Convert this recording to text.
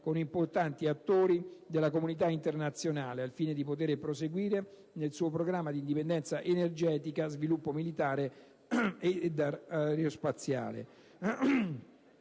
con importanti attori della comunità internazionale, al fine di poter proseguire nel suo programma di indipendenza energetica, sviluppo militare ed aerospaziale.